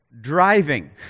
Driving